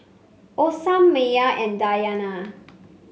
Osman Maya and Dayana